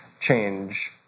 change